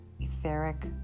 etheric